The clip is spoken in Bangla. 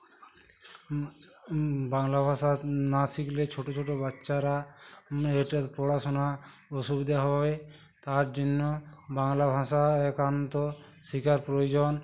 বাংলা ভাষা না শিখলে ছোটো ছোটো বাচ্চারা নিয়ে এটার পড়াশোনা অসুবিধে হয় তার জন্য বাংলা ভাষা একান্ত শেখার প্রয়োজন